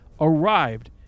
Arrived